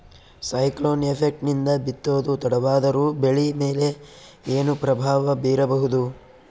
Cyclone effect ನಿಂದ ಬಿತ್ತೋದು ತಡವಾದರೂ ಬೆಳಿ ಮೇಲೆ ಏನು ಪ್ರಭಾವ ಬೀರಬಹುದು?